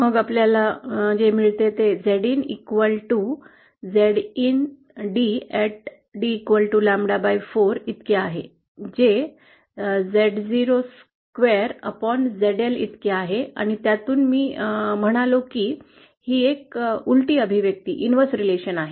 मग आपल्याला जे मिळते ते Zin ZinDdlambda4 इतके आहे जे Z0 स्क्वेअर ZL इतकेच आहे आणि त्यातून मी म्हणालो की ही एक उलटी अभिव्यक्ती आहे